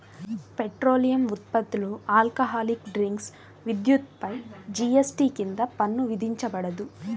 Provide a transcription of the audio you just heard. petroleum ఉత్పత్తులు, alcoholic drinks, విద్యుత్పై GST కింద పన్ను విధించబడదు